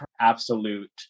absolute